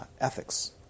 ethics